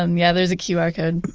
um yeah, there's a qr code.